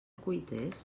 cuites